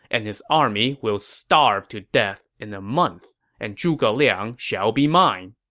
and his army will starve to death in a month, and zhuge liang shall be mine.